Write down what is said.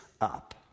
up